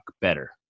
better